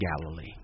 Galilee